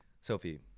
Sophie